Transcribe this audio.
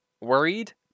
worried